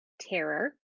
terror